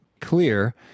clear